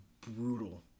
brutal